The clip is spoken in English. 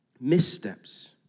missteps